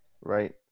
right